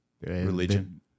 religion